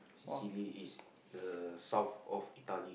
Cecile is the south of Italy